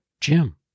Jim